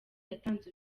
yatanze